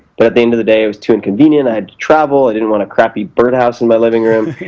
but at the end of the day it was too inconvenient, i had to travel, i didn't want a crappy birdhouse in my living room,